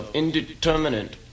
indeterminate